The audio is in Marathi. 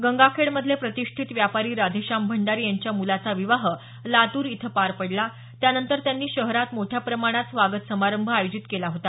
गंगाखेड मधले प्रतिष्ठीत व्यापारी राधेशाम भंडारी यांच्या म्लाचा विवाह लातूर इथं पार पडला त्यानंतर त्यांनी शहरात मोठ्या प्रमाणात स्वागत समारंभ आयोजित केला होता